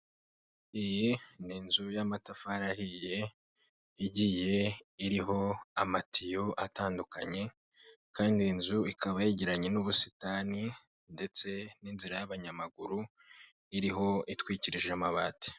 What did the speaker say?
Iyi ni inzu y'amatafari ahiye igiye iriho amatiyo atandukanye kandi iyi inzu ikaba yegeranye n'ubusitani ndetse n'inzira y'abanyamaguru, iriho itwikirije amabati.